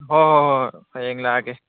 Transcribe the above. ꯍꯣꯏ ꯍꯣꯏ ꯍꯣꯏ ꯍꯌꯦꯡ ꯂꯥꯛꯑꯒꯦ